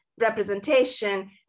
representation